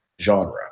genre